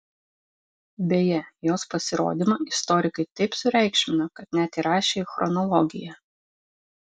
beje jos pasirodymą istorikai taip sureikšmino kad net įrašė į chronologiją